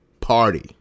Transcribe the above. party